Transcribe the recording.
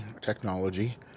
technology